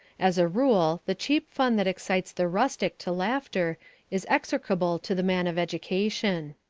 as a rule the cheap fun that excites the rustic to laughter is execrable to the man of education.